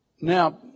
Now